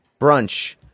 Brunch